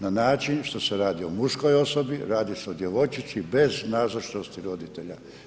Na način što se radi o muškoj osobi, radi se o djevojčici bez nazočnosti roditelja.